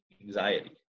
anxiety